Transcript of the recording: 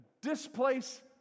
displace